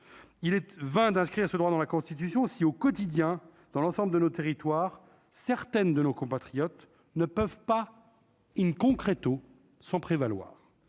il est vain d'inscrire ce droit dans la Constitution, si au quotidien dans l'ensemble de nos territoires, certaines de nos compatriotes ne peuvent pas, ils ne concrète au sont prévaloir